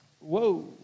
whoa